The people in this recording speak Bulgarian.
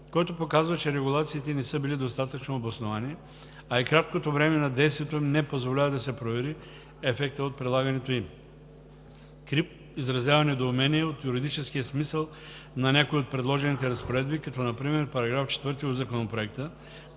който показва, че регулациите не са били достатъчно обосновани, а и краткото време на действието им не позволява да се провери ефектът от прилагането им. КРИБ изразява недоумение от юридическия смисъл на някои от предложените разпоредби, като например § 4 от Законопроекта: